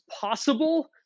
possible